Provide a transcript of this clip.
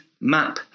map